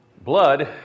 Blood